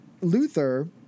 Luther